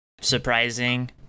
surprising